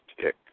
tick